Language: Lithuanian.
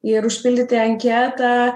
ir užpildyti anketą